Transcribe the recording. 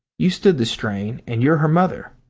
you stood the strain, and you're her mother.